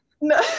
no